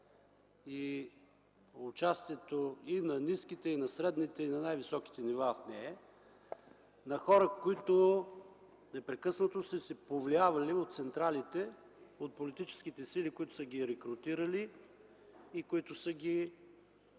Участието и на ниските, и на средните, и на най-високите нива в нея на хора, които непрекъснато са се повлиявали от централите, от политическите сили, които са ги рекрутирали и които са ги